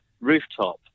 rooftop